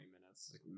minutes